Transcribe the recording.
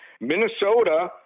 Minnesota